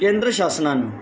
केंद्र शासनानं